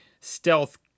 stealth